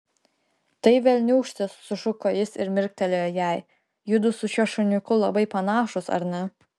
tai velniūkštis sušuko jis ir mirktelėjo jai judu su šiuo šuniuku labai panašūs ar ne